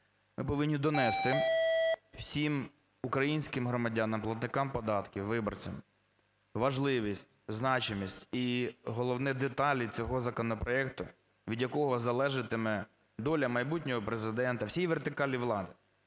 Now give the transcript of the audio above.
Ми повинні донести всім українським громадянам платникам податків, виборцям важливість, значимість і головне – деталі цього законопроекту, від якого залежатиме доля майбутнього Президента, всієї вертикалі влади.